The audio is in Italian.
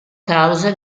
causa